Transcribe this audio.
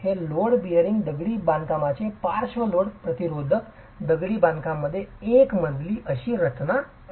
तर हे load bearing दगडी बांधकामामध्ये पार्श्व लोड प्रतिरोधक दगडी बांधकाम मध्ये एकल मजली रचना अशीच आहे